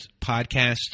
podcast